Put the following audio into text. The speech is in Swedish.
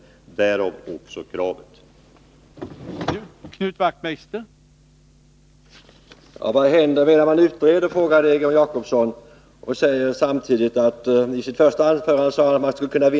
Vi har därför också ställt detta krav i vår reservation.